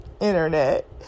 internet